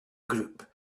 group